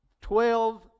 Twelve